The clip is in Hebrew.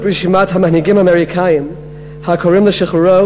רשימת המנהיגים האמריקנים הקוראים לשחרורו,